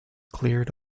cleared